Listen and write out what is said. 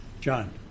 John